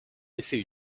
effet